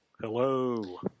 hello